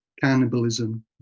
cannibalism